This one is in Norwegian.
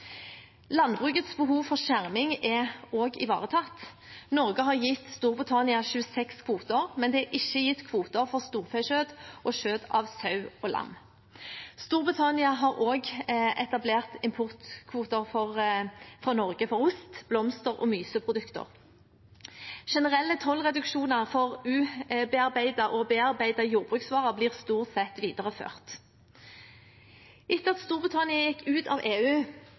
Landbrukets behov for skjerming er også ivaretatt. Norge har gitt Storbritannia 26 kvoter, men det er ikke gitt kvoter for storfekjøtt og kjøtt av sau og lam. Storbritannia har også etablert importkvoter fra Norge for ost, blomster og myseprodukter. Generelle tollreduksjoner for ubearbeidede og bearbeidede jordbruksvarer blir stort sett videreført. Etter at Storbritannia gikk ut av EU,